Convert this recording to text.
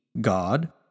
God